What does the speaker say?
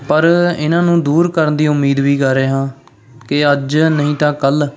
ਪਰ ਇਹਨਾਂ ਨੂੰ ਦੂਰ ਕਰਨ ਦੀ ਉਮੀਦ ਵੀ ਕਰ ਰਹੇ ਹਾਂ ਕਿ ਅੱਜ ਨਹੀਂ ਤਾਂ ਕੱਲ੍ਹ